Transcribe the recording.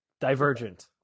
Divergent